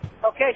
Okay